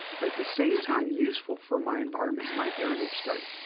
but at the same time useful for my environment in my area of study.